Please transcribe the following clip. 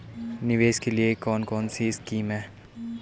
निवेश के लिए कौन कौनसी स्कीम हैं?